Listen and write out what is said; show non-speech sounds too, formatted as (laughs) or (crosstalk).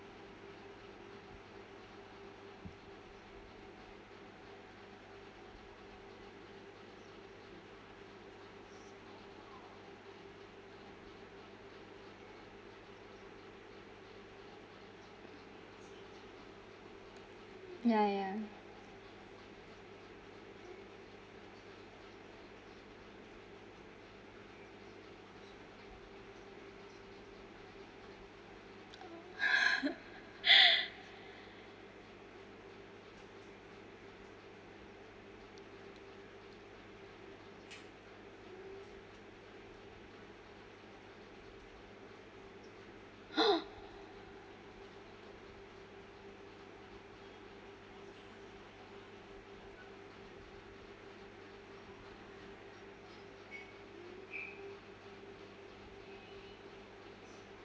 ya ya (noise) (laughs) (noise)